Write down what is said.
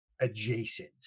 adjacent